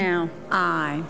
now i